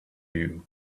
you